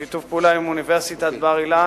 בשיתוף פעולה עם אוניברסיטת בר-אילן,